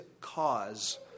cause